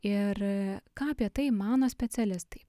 ir ką apie tai mano specialistai